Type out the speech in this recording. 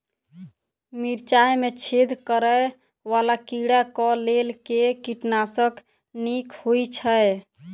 मिर्चाय मे छेद करै वला कीड़ा कऽ लेल केँ कीटनाशक नीक होइ छै?